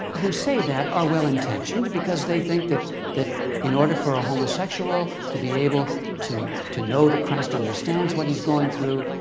who say that, are well intentioned because they think that that in order for a homosexual to be able to to know that christ understands what he's going through,